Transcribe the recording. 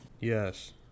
Yes